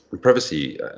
privacy